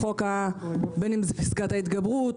בין אם את פסקת ההתגברות,